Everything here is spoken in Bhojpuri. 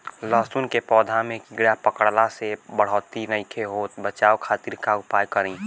लहसुन के पौधा में कीड़ा पकड़ला से बढ़ोतरी नईखे होत बचाव खातिर का उपाय करी?